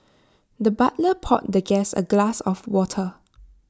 the butler poured the guest A glass of water